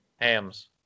Hams